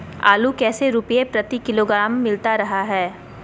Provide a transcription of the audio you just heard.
आलू कैसे रुपए प्रति किलोग्राम मिलता रहा है?